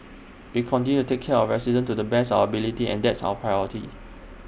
we continue take care of our residents to the best of our ability and that's our priority